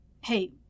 Hey